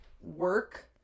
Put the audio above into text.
work